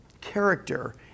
character